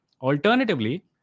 Alternatively